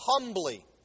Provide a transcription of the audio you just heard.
humbly